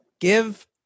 Give